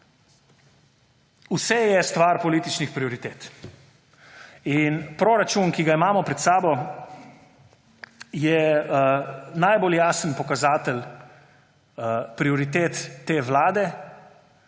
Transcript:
je vse stvar političnih prioritet in proračun, ki ga imamo pred sabo, je najbolj jasen pokazatelj prioritet te vlade,